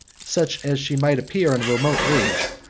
such as she might appear in a remote age,